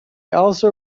also